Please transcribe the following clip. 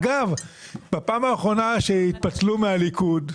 אגב, בפעם האחרונה שהתפצלו מהליכוד,